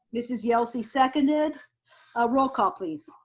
mrs yelsey seconded. a roll call please.